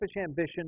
ambition